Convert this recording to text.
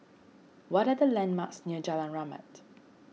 what are the landmarks near Jalan Rahmat